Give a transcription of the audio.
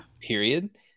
Period